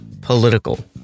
political